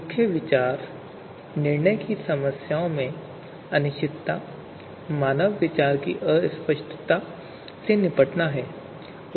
मुख्य विचार निर्णय की समस्याओं में अनिश्चितता मानव विचार की अस्पष्टता से निपटना है